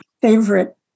favorite